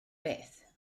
beth